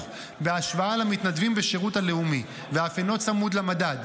בהשוואה למתנדבים בשירות הלאומי ואף אינו צמוד למדד.